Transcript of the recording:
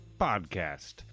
podcast